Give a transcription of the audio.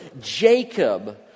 Jacob